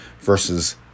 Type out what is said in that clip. versus